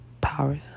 powers